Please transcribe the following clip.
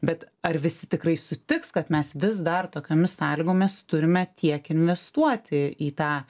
bet ar visi tikrai sutiks kad mes vis dar tokiomis sąlygomis turime tiek investuot į į tą